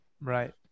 right